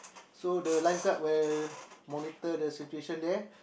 so the lifeguard will monitor the situation there